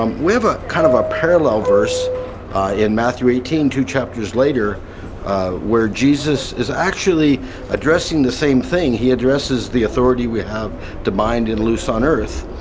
um whenever kind of ah parallel verse in matthew eighteen, two chapters later where jesus is actually addressing the same thing. he addresses the authority we have to bind and loose on earth.